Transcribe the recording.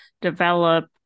develop